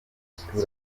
baturage